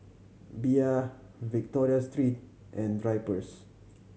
Bia Victoria Secret and Drypers